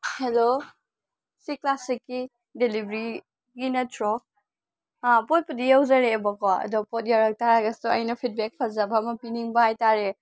hello ꯁꯤ ꯀ꯭ꯂꯥꯁꯁꯤꯛꯀꯤ ꯗꯤꯂꯤꯕꯔꯤꯒꯤ ꯅꯠꯇ꯭ꯔꯣ ꯄꯣꯠꯄꯨꯗꯤ ꯌꯧꯖꯔꯛꯑꯦꯕꯀꯣ ꯑꯗꯣ ꯄꯣꯠ ꯌꯧꯔꯛ ꯇꯥꯔꯒꯁꯨ ꯑꯩꯅ ꯐꯤꯠꯕꯦꯛ ꯐꯖꯕ ꯑꯃ ꯄꯤꯅꯤꯡꯕ ꯍꯥꯏꯇꯥꯔꯦ